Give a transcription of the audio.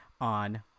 on